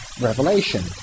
revelation